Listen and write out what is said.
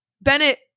Bennett